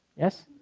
yes,